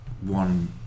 one